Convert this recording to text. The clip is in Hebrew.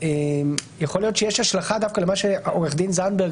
שיכול להיות שיש השלכה דווקא למה שעו"ד זנדברג